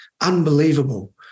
unbelievable